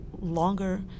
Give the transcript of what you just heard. longer